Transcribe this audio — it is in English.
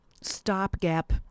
stopgap